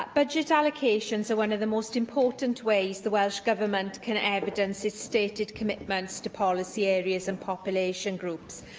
but budget allocations are one of the most important ways the welsh government can evidence its stated commitments to policy areas and population groups.